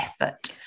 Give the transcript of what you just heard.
effort